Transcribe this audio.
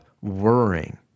worrying